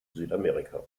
südamerika